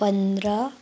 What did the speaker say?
पन्ध्र